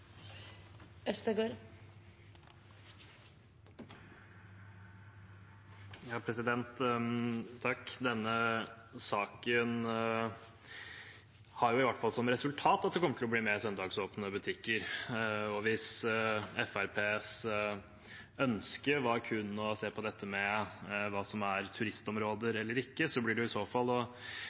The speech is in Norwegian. har i hvert fall som resultat at det kommer til å bli mer søndagsåpne butikker. Hvis Fremskrittspartiets ønske kun var å se på hva som er turistområder eller ikke, blir det i så fall